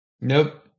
Nope